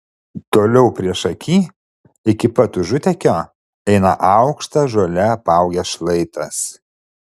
toliau priešaky iki pat užutekio eina aukšta žole apaugęs šlaitas